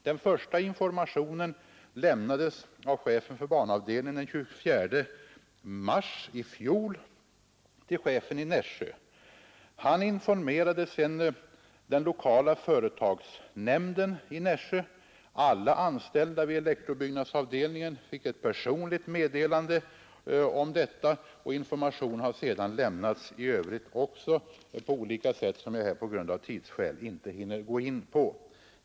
Den första informationen lämnades av chefen för banavdelningen den 24 mars i fjol till chefen i Nässjö. Denne informerade sedan den lokala företagsnämnden i Nässjö. Alla anställda vid elektrobyggnadsavdelningen fick ett personligt meddelande om detta. Information har sedan lämnats i övrigt också på olika sätt, som jag av tidsskäl inte hinner gå in på.